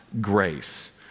grace